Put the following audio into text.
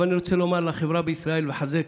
אבל אני רוצה לומר לחברה בישראל, לחזק,